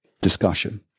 discussion